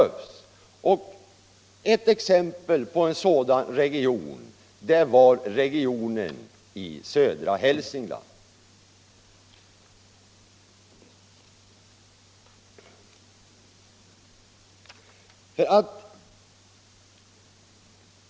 Ett exempel på en sådan region är södra Hälsingland.